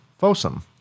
Fossum